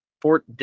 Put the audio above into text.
Fort